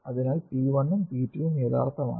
അതിനാൽ p 1 ഉം p 2 ഉം യഥാർത്ഥമാണ്